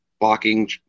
Blocking